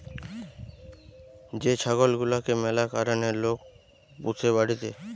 যে ছাগল গুলাকে ম্যালা কারণে লোক পুষে বাড়িতে